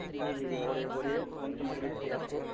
جی جی ہو رہی ہے بولیے کون سی مچھلی چاہیے آپ کو